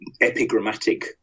epigrammatic